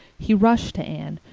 he rushed to anne,